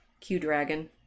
Q-Dragon